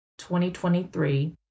2023